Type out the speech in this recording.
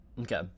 Okay